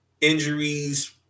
injuries